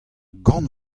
gant